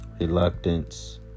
reluctance